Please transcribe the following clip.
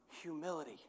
humility